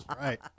Right